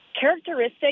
characteristic